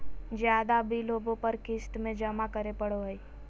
ज्यादा बिल होबो पर क़िस्त में जमा करे पड़ो हइ